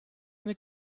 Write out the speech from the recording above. eine